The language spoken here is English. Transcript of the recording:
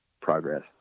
progress